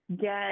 get